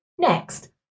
Next